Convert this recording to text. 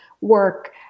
work